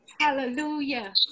Hallelujah